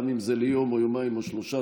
גם אם זה ליום או יומיים או שלושה,